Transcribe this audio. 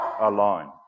alone